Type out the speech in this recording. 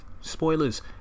spoilers